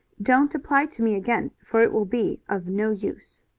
don't apply to me again, for it will be of no use.